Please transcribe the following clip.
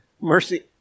mercy